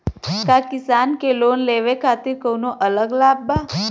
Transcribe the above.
का किसान के लोन लेवे खातिर कौनो अलग लाभ बा?